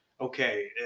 okay